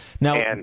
Now